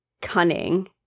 cunning